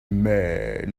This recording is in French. mais